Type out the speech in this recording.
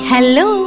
Hello